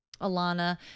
Alana